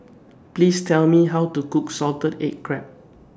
Please Tell Me How to Cook Salted Egg Crab